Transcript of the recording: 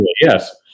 Yes